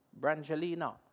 Brangelina